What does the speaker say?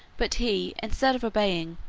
but he, instead of obeying,